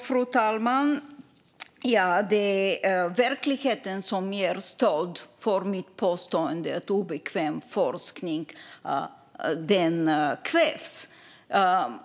Fru talman! Det är verkligheten som ger stöd för mitt påstående om att obekväm forskning kvävs.